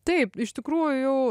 taip iš tikrųjų jau